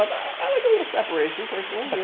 i like a little separation personally you